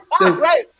right